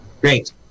Great